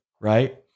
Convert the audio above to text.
right